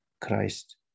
Christ